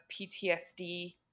PTSD